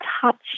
touched